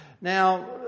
Now